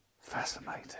Fascinating